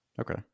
Okay